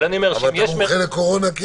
אבל אתה מומחה לקורונה.